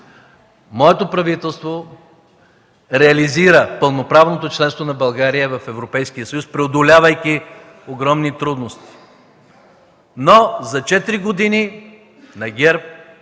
Моето правителство реализира пълноправното членство на България в Европейския съюз, преодолявайки огромни трудности. За четири години на ГЕРБ